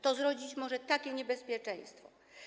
To zrodzić może takie niebezpieczeństwo.